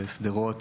בשדרות,